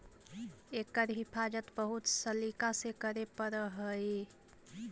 एकर हिफाज़त बहुत सलीका से करे पड़ऽ हइ